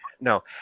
No